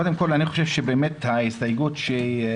קודם כל אני חושב שההסתייגות שהגשת,